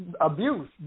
abuse